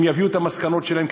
הם יביאו את המסקנות שלהם,